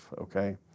okay